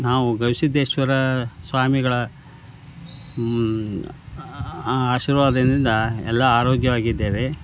ನಾವು ಗವಿ ಸಿದ್ಧೇಶ್ವರ ಸ್ವಾಮಿಗಳ ಆಶೀರ್ವಾದದಿಂದ ಎಲ್ಲಾ ಆರೋಗ್ಯವಾಗಿದ್ದೇವೆ